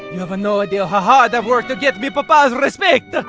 you have-a no idea how hard i work to get mi papas respect!